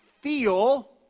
feel